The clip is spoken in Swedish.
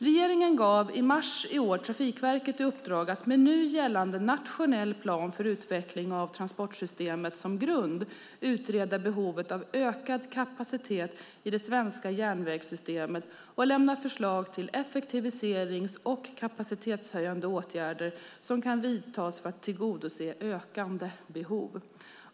Regeringen gav i mars i år Trafikverket i uppdrag att med nu gällande nationell plan för utveckling av transportsystemet som grund utreda behovet av ökad kapacitet i det svenska järnvägssystemet och lämna förslag till effektiviserings och kapacitetshöjande åtgärder som kan vidtas för att tillgodose ökande behov.